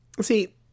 See